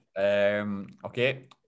okay